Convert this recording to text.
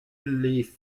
les